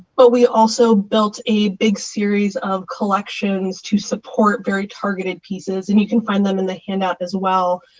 but we also built a big series of collections to support very targeted pieces and you can find them in the handout as well,